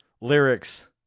lyrics